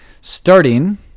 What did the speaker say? Starting